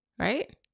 right